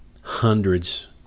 hundreds